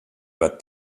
wat